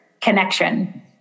connection